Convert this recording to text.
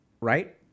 Right